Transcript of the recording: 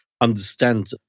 understand